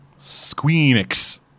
Squeenix